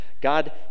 God